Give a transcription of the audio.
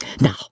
Now